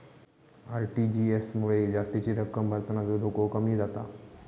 RTGS मुळे जास्तीची रक्कम भरतानाचो धोको कमी जाता